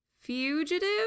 Fugitive